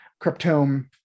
cryptome